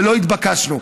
ולא התבקשנו.